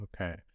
Okay